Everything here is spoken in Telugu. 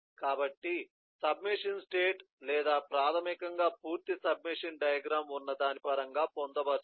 కాబట్టి సబ్ మెషిన్ స్టేట్ లేదా ప్రాథమికంగా పూర్తి సబ్ మెషిన్ డయాగ్రమ్ ఉన్న దాని పరంగా పొందుపరచబడింది